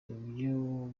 ibyo